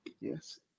Yes